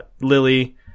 Lily